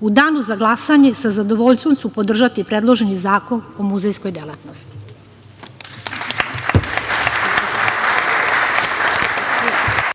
U danu za glasanje sa zadovoljstvom ću podržati predloženi Zakon o muzejskoj delatnosti. **Radovan Tvrdišić**